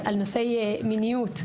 על נושאי מיניות,